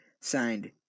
signed